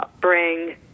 bring